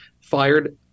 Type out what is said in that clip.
fired